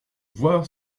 voir